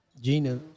Gina